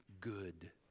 good